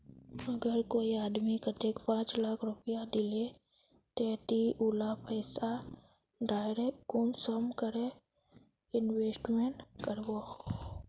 अगर कोई आदमी कतेक पाँच लाख रुपया दिले ते ती उला पैसा डायरक कुंसम करे इन्वेस्टमेंट करबो?